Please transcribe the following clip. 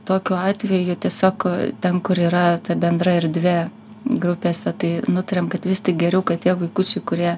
tokiu atveju tiesiog ten kur yra ta bendra erdvė grupėse tai nutarėm kad vis tik geriau kad tie vaikučiai kurie